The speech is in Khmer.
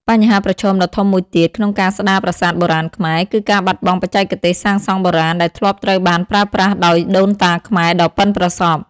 បញ្ហាប្រឈមដ៏ធំមួយទៀតក្នុងការស្ដារប្រាសាទបុរាណខ្មែរ គឺការបាត់បង់បច្ចេកទេសសាងសង់បុរាណដែលធ្លាប់ត្រូវបានប្រើប្រាស់ដោយដូនតាខ្មែរដ៏ប៉ិនប្រសប់។